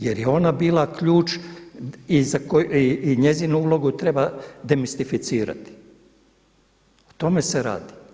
Jer je ona bila ključ i njezinu ulogu treba demistificirati, o tome se radi.